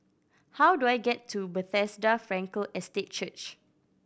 how do I get to Bethesda Frankel Estate Church